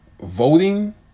voting